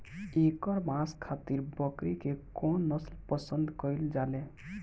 एकर मांस खातिर बकरी के कौन नस्ल पसंद कईल जाले?